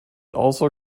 also